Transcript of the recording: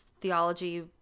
theology